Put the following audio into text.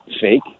fake